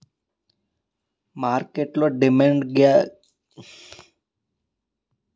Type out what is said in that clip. మార్కెట్లో demand guarantee ఎలా తెల్సుకోవాలి?